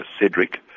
CEDRIC